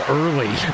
early